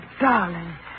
darling